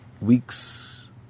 weeks